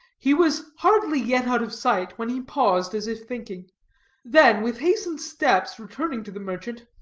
he was hardly yet out of sight, when he paused as if thinking then with hastened steps returning to the merchant,